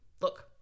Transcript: Look